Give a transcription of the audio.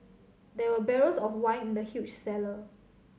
there were barrels of wine in the huge cellar